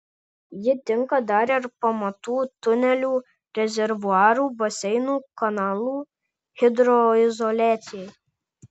ji tinka dar ir pamatų tunelių rezervuarų baseinų kanalų hidroizoliacijai